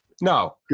No